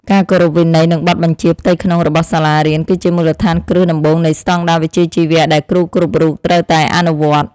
ការគោរពវិន័យនិងបទបញ្ជាផ្ទៃក្នុងរបស់សាលារៀនគឺជាមូលដ្ឋានគ្រឹះដំបូងនៃស្តង់ដារវិជ្ជាជីវៈដែលគ្រូគ្រប់រូបត្រូវតែអនុវត្ត។